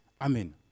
Amen